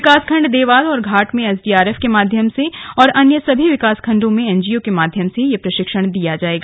विकासखण्ड देवाल और घाट में एसडीआरएफ के माध्यम से तथा अन्य सभी विकासखण्डों में एनजीओ के माध्यम से यह प्रशिक्षण दिया जाएगा